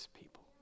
people